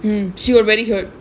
she already good